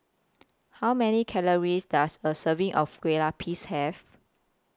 How Many Calories Does A Serving of Kueh Lapis Have